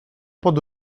pod